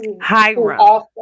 Hiram